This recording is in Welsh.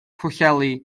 pwllheli